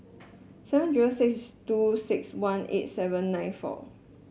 seven zero six two six one eight seven nine four